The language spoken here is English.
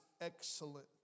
excellent